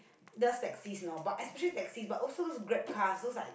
the taxis know but actually taxi but also looks Grab car so like the taxi know